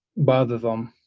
bother them